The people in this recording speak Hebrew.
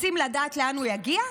רוצים לדעת לאן הוא יגיע?